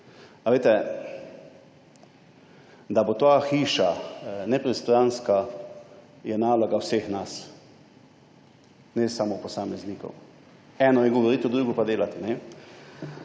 A veste, da bo ta hiša nepristranska, je naloga vseh nas, ne samo posameznikov. Eno je govoriti, drugo pa delati.